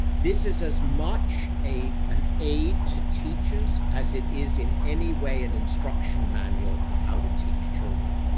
this is as much a, an aid to teachers as it is in any way, an instruction manual for how to teach children.